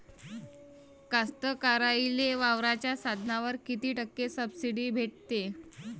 कास्तकाराइले वावराच्या साधनावर कीती टक्के सब्सिडी भेटते?